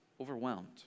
overwhelmed